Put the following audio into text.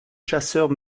chasseurs